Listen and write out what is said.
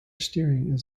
steering